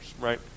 right